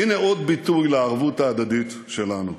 הנה עוד ביטוי לערבות ההדדית שלנו: